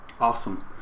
Awesome